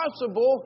possible